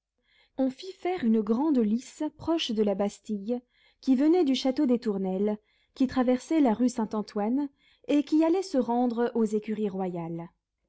on fit faire une grande lice proche de la bastille qui venait du château des tournelles qui traversait la rue saint-antoine et qui allait se rendre aux écuries royales